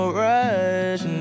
rush